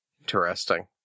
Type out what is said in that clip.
interesting